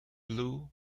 blue